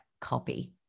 copy